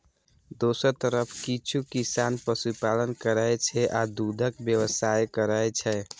दोसर तरफ किछु किसान पशुपालन करै छै आ दूधक व्यवसाय करै छै